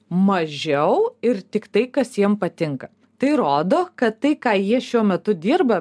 mažiau ir tik tai kas jiem patinka tai rodo kad tai ką jie šiuo metu dirba